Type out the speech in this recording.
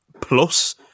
plus